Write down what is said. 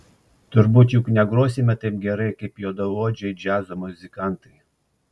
turbūt juk negrosime taip gerai kaip juodaodžiai džiazo muzikantai